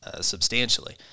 Substantially